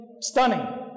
Stunning